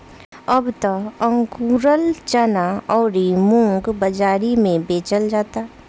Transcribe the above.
अब त अकुरल चना अउरी मुंग बाजारी में बेचल जाता